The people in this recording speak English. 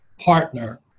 partner